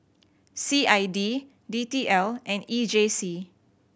C I D D T L and E J C